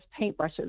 paintbrushes